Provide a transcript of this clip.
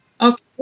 Okay